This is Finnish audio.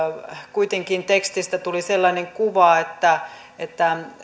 kuitenkin tekstistä tuli sellainen kuva että että